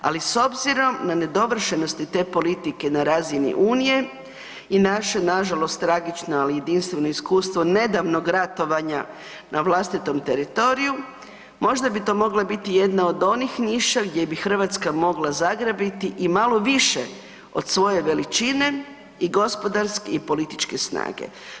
Ali s obzirom na nedovršenost te politike na razini Unije i naše na žalost tragično ali jedinstveno iskustvo nedavnog ratovanja na vlastitom teritoriju možda bi to mogla biti jedna od onih niša gdje bi Hrvatska mogla zagrabiti i malo više od svoje veličine i gospodarske i političke snage.